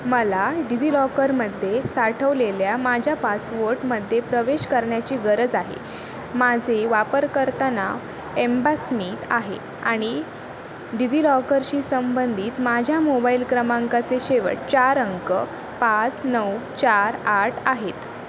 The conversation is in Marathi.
मला डिझिलॉकरमध्ये साठवलेल्या माझ्या पासवर्टमध्ये प्रवेश करण्याची गरज आहे माझे वापरकर्ता नाव एम्बासमित आहे आणि डिजिलॉकरशी संबंधित माझ्या मोबाईल क्रमांकाचे शेवटचे चार अंक पाच नऊ चार आठ आहेत